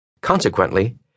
Consequently